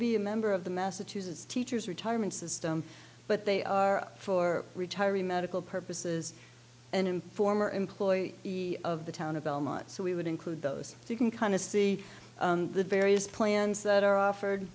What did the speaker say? be a member of the massachusetts teachers retirement system but they are for retiree medical purposes and in former employee of the town of elmont so we would include those who can kind of see the various plans that are